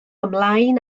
ymlaen